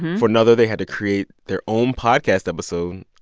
for another, they had to create their own podcast episode.